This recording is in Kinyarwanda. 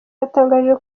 yatangaje